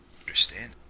Understand